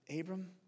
Abram